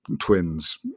Twins